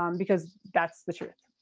um because that's the truth.